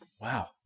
Wow